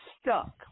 stuck